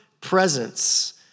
presence